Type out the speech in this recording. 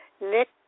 Nick